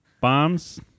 Bombs